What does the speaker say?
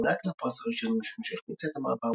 לא הוענק לה הפרס הראשון משום שהחמיצה את המעבר